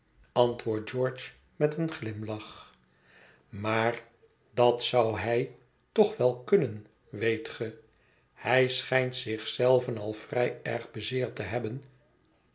antwoordt george met een glimlach maar dat zou hij toch wel kunnen weet ge hij schijnt zich zelven al vrij erg bezeerd te hebben